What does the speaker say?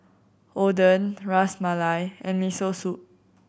Oden Ras Malai and Miso Soup